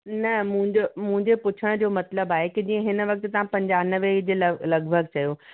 न मुंहिंजे मुंहिंजे पुछण जो मतिलब आहे की जीअं हिन वक्त तव्हां पंजानवें जे लॻभॻि चयो छा